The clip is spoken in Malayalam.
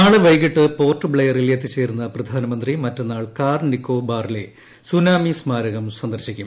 നാളെ വൈകിട്ട് പോർട്ട് ബ്ലെയറിൽ എത്തിച്ചേരുന്ന പ്രധാനമന്ത്രി മറ്റെന്നാൾ കാർ നിക്കോബാറിലെ സുനാമി സ്മാരകം സന്ദർശിക്കും